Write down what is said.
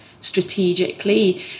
strategically